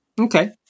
Okay